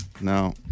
No